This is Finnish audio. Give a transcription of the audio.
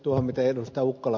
tuohon mitä ed